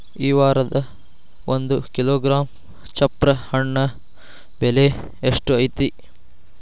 ಈ ವಾರ ಒಂದು ಕಿಲೋಗ್ರಾಂ ಚಪ್ರ ಹಣ್ಣ ಬೆಲೆ ಎಷ್ಟು ಐತಿ?